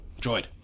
droid